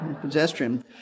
pedestrian